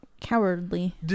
Cowardly